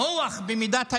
נוח במידת האפשר,